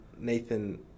Nathan